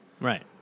Right